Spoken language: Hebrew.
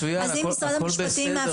מצויין, הכל בסדר.